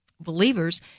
believers